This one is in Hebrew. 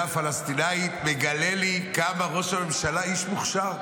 פלסטינית מגלה לי כמה ראש הממשלה הוא איש מוכשר.